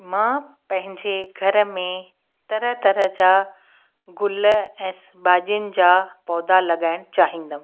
मां पंहिंजे घर में तरह तरह जा गुल ऐं भाॼियुनि जा पौधा लॻाइनि चाहींदमि